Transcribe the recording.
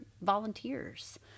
volunteers